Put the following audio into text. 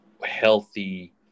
healthy